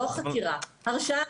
לא חקירה: הרשעה,